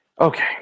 okay